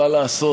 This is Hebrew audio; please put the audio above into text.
מה לעשות?